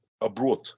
abroad